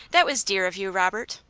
that was dear of you, robert.